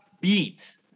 beat